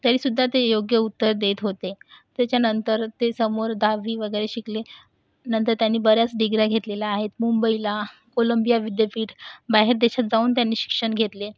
तरीसुद्धा ते योग्य उत्तर देत होते त्याच्यानंतर ते समोर दहावी वगैरे शिकले नंतर त्यांनी बऱ्याच डिग्र्या घेतलेल्या आहेत मुंबईला कोलंबिया विद्यापीठ बाहेर देशात जाऊन त्यांनी शिक्षण घेतले